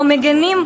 או מגינים,